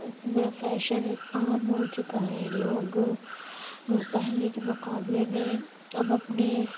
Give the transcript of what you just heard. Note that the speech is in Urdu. اپنے فیشن عام ہو چکا ہے لوگ پہلے کے مقابلے میں اب اپنے